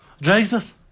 Jesus